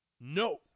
No